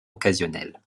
occasionnelle